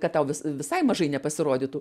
kad tau visai mažai nepasirodytų